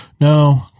No